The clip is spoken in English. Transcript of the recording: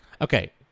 Okay